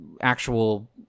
actual